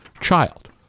child